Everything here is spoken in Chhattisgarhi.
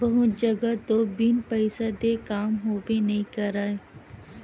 बहुत जघा तो बिन पइसा देय काम होबे नइ करय